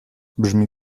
brzmi